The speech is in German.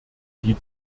die